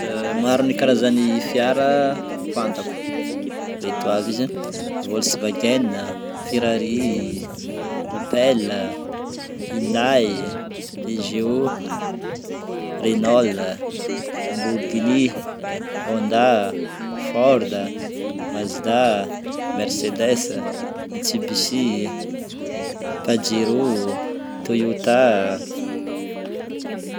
Maro ny karazan'ny fiara fantako reto avy izy a: Volkswagen, Ferrari, Opel, Hundai, Peugeot, Renault, Lamborghini, Honda, Ford, Mazda, Mercedes, Mitsubishi, Pajero, Toyota.